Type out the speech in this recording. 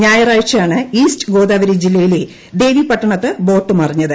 ഞായറാഴ്ചയാണ് ഈസ്റ്റ് ഗോദാവരി ജില്ലയിലെ ദേവിപട്ടണത്ത് ബോട്ട് മറിഞ്ഞത്